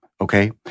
okay